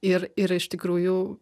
ir ir iš tikrųjų